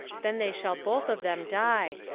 then they shall both of them die,